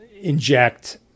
inject